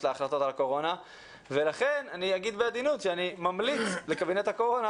להחלטות הקורונה ולכן אני אגיד בעדינות שאני ממליץ לקבינט הקורונה